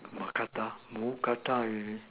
wakata mookata you mean